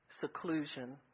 seclusion